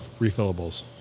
refillables